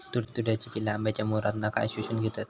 तुडतुड्याची पिल्ला आंब्याच्या मोहरातना काय शोशून घेतत?